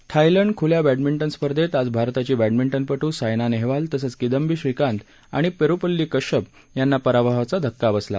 Thailand खुल्या badminton स्पर्धेत आज भारताची बॅडमिंटनपटू सायना नेहवाल तसंच किदांबी श्रीकांत आणि परुपल्ली कश्यप यांना पराभवाचा धक्का बसला